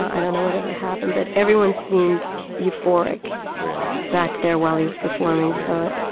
i don't know whatever happened. but everyone seemed euphoric. really. back there while he was performing. so it